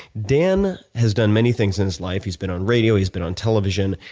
dan has done many things in his life. he's been on radio, he's been on television.